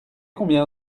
combien